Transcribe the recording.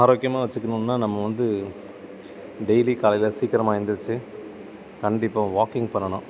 ஆரோக்கியமாக வச்சிக்கணுன்னா நம்ம வந்து டெய்லி காலையில் சீக்கிரமாக ஏழுந்திரிச்சி கண்டிப்பாக வாக்கிங் பண்ணணும்